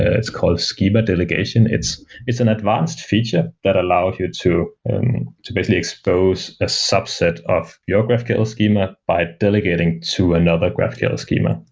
it's called scheme delegation. it's it's an advanced feature that allowed you to and to basically expose a subset of your graphql schema by delegating to another graphql schema.